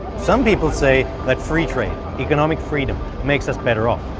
some people say that free trade, economic freedom, makes us better off.